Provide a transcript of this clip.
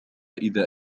إذا